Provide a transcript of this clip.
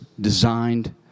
designed